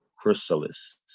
chrysalis